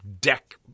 deck